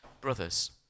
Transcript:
brothers